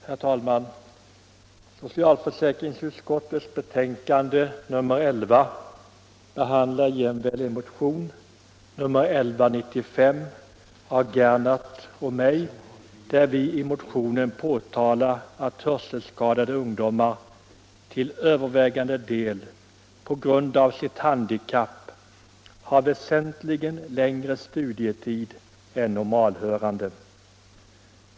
Herr talman! Socialförsäkringsutskottets betänkande nr 11 behandlar bl.a. motion 1975:1195 av herr Gernandt och mig, i vilken vi påtalar att hörselskadade ungdomar på grund av sitt handikapp till övervägande del har väsentligt längre studietid än normalhörande.